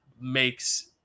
makes